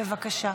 בבקשה.